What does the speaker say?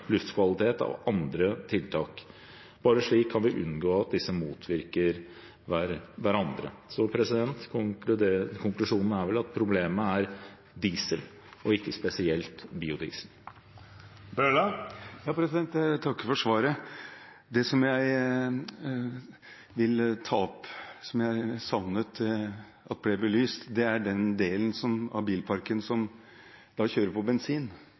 luftkvalitet ved andre tiltak. Bare slik kan vi unngå at disse motvirker hverandre. Konklusjonen er vel at problemet er diesel – og ikke spesielt biodiesel. Jeg takker for svaret. Det jeg vil ta opp, som jeg savnet ble belyst, gjelder den delen av bilparken som kjører på bensin.